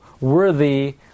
worthy